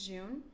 June